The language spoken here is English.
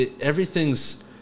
everything's